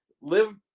live